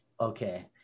okay